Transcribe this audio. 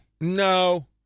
No